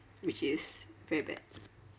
which is very bad